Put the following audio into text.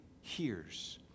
hears